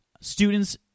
Students